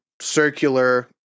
circular